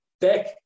back